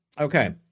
Okay